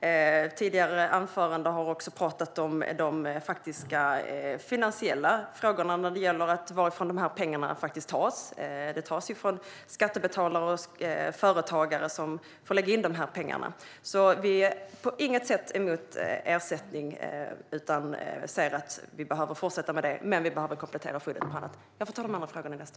I tidigare anföranden har det också talats om de finansiella frågorna och varifrån de här pengarna faktiskt tas. De tas ju från skattebetalare och företagare. Vi är på inget sätt emot ersättning, men vi behöver komplettera skyddet för skogsägarna.